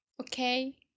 okay